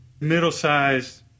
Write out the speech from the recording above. middle-sized